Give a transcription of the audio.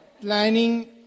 planning